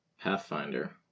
Pathfinder